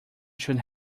should